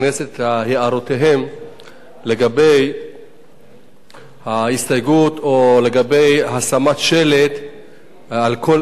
הערותיהם לגבי ההסתייגות או לגבי הצבת שלט על כל עץ